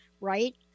right